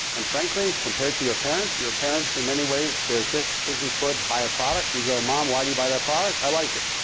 and frankly, compared to your parents, your parents, in many ways, stereotypically put, buy a product. you go, mom, why do you buy that product? i like it.